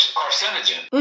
carcinogen